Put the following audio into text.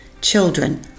children